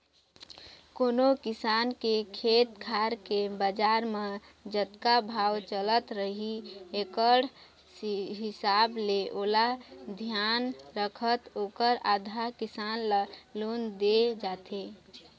कोनो किसान के खेत खार के बजार म जतका भाव चलत रही एकड़ हिसाब ले ओला धियान रखत ओखर आधा, किसान ल लोन दे जाथे